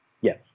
Yes